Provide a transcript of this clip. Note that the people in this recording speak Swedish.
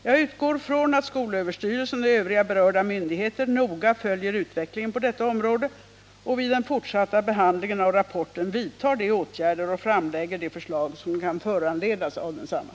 Jag utgår från att skolöverstyrelsen och övriga berörda myndigheter noga följer utvecklingen på detta område och vid den fortsatta behandlingen av rapporten vidtar de åtgärder och framlägger de förslag som kan föranledas av densamma.